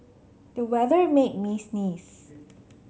the weather made me sneeze